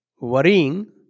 worrying